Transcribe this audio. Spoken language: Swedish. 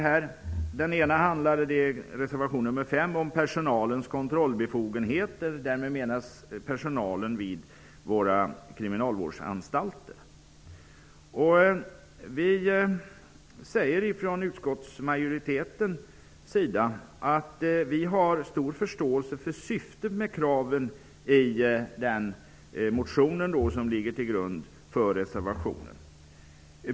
Den ena, reservation 5, handlar om personalens kontrollbefogenheter. Därmed avses personalen vid våra kriminalvårdsanstalter. Utskottsmajoriteten skriver att den har stor förståelse för syftet med kraven i den motion som ligger till grund för reservationen.